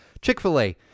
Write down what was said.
Chick-fil-A